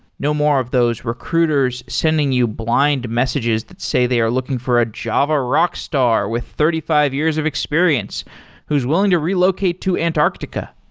no more of those recruiters sending you blind messages that say they are looking for a java rockstar with thirty five years of experience who's willing to relocate to antarctica.